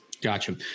Gotcha